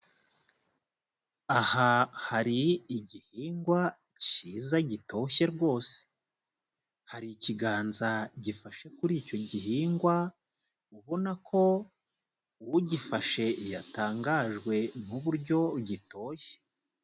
Aha hari igihingwa kiza gitoshye rwose, hari ikiganza gifashe kuri icyo gihingwa, ubona ko ugifashe yatangajwe n'uburyo gitoshye.